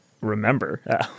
remember